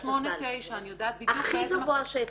A 8-9 אני יודעת בדיוק -- הכי גבוה שאפשר.